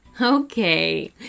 Okay